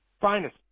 finest